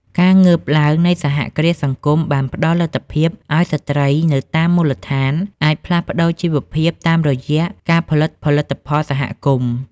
ការងើបឡើងនៃសហគ្រាសសង្គមបានផ្ដល់លទ្ធភាពឱ្យស្ត្រីនៅតាមមូលដ្ឋាន អាចផ្លាស់ប្តូរជីវភាពតាមរយៈការផលិតផលិតផលសហគមន៍។